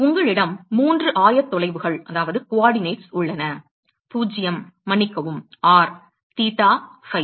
எனவே உங்களிடம் 3 ஆயத்தொலைவுகள் உள்ளன 0 மன்னிக்கவும் R தீட்டா ஃபை